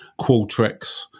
Qualtrics